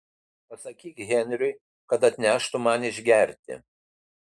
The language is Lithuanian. pasakyk henriui kad atneštų man išgerti